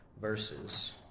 verses